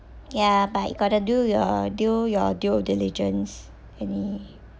ya but you got to do your do your due of diligence any